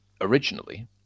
originally